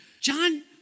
John